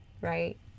right